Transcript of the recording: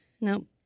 Nope